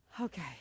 Okay